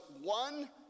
one